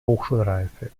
hochschulreife